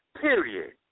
period